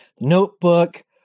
Notebook